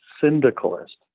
syndicalist